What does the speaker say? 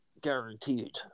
guaranteed